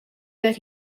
that